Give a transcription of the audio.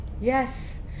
Yes